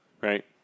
right